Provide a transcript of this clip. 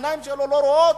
העיניים שלו לא רואות,